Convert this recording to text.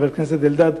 חבר הכנסת אלדד,